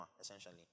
essentially